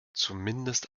zumindest